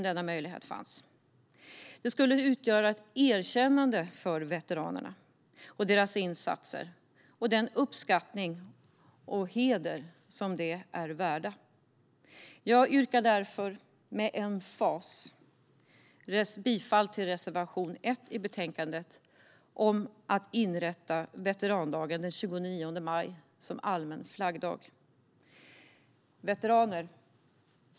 Det skulle utgöra ett erkännande för veteranerna och deras insatser och visa dem den uppskattning och heder som de är värda. Jag yrkar därför med emfas bifall till reservation 1 i betänkandet om att inrätta veterandagen den 29 maj som allmän flaggdag. Veteraner!